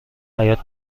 حیاط